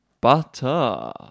Butter